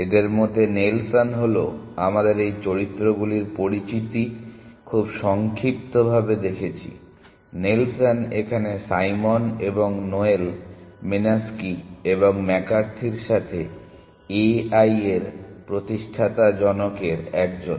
এদের মধ্যে নেলসন হলো আমরা এই চরিত্রগুলির পরিচিতি খুব সংক্ষিপ্তভাবে দেখেছি নেলসন এখানে সাইমন এবং নোয়েল মিনস্কি এবং ম্যাকার্থির সাথে a i এর প্রতিষ্ঠাতা জনকের একজন